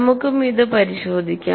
നമുക്കും ഇത് പരിശോധിക്കാം